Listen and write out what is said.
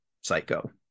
Psycho